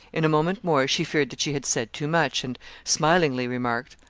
in a moment more she feared that she had said too much, and smilingly remarked,